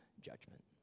judgment